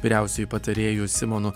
vyriausiuoju patarėju simonu